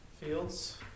Fields